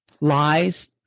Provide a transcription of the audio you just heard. lies